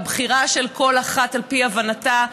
הבחירה של כל אחת על פי הבנתה,